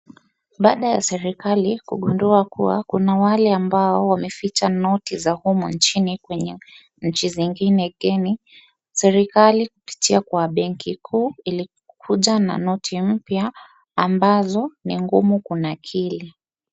Baada ya serikali kugundua kua kuna wale ambao wameficha noti za humu nchini kwa nchi zingine geni, serikali upitia kwa benki kuu ilikuja na noti mpya ambazo ni ngumu kunakili.